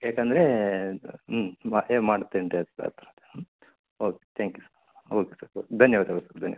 ಯಾಕಂದ್ರೆ ಹ್ಞೂ okay thank you sir okay sir ಧನ್ಯವಾದಗಳು ಸರ್ ಧನ್ಯವಾದ